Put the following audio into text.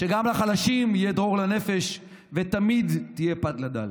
שגם לחלשים יהיה "דרור לנפש" ותמיד תהיה "פת לדל".